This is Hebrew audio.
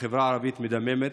החברה הערבית מדממת.